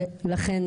ולכן,